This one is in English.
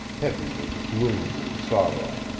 heavy with gloom and sorrow.